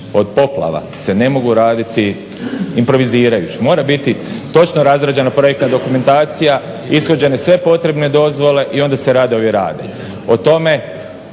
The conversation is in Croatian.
od poplava se ne mogu raditi improvizirajući, mora biti točno razrađena projektna dokumentacija, ishođene sve potrebne dozvole i onda se radovi rade.